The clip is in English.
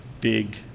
big